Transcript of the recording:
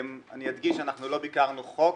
אני אדגיש שאנחנו לא ביקרנו חוק,